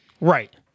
Right